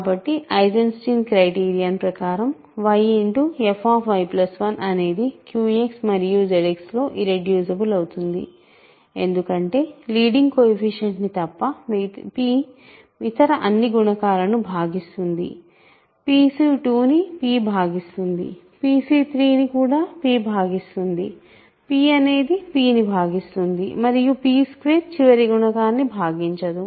కాబట్టి Eisenstein criterion ప్రకారం yfy1 అనేది QX మరియు ZX లో ఇర్రెడ్యూసిబుల్ అవుతుంది ఎందుకంటే లీడింగ్ కోయెఫిషియంట్ ని తప్ప p ఇతర అన్ని గుణకాలను భాగిస్తుంది pC2 ని p భాగిస్తుంది pC3 ని కూడా p భాగిస్తుంది p అనేది p ని భాగిస్తుంది మరియు p2 చివరి గుణకాన్ని భాగించదు